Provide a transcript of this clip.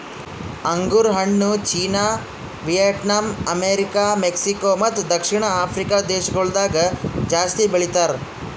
ಅಂಗುರ್ ಹಣ್ಣು China, Vietnam, America, Mexico ಮತ್ತ ದಕ್ಷಿಣ ಆಫ್ರಿಕಾ ದೇಶಗೊಳ್ದಾಗ್ ಜಾಸ್ತಿ ಬೆಳಿತಾರ್